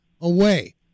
away